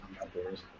outdoors